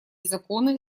законы